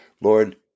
Lord